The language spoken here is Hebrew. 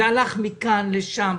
זה הלך מכאן לשם,